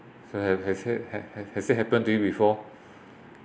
so have have have have has has it happen to you before